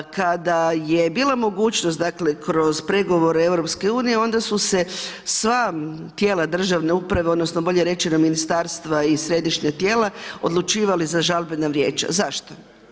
Kada je bila mogućnost kroz pregovore EU onda su se sva tijela državne uprave odnosno bolje reći na ministarstva i središnja tijela odlučivali za žalbena vijeća zašto?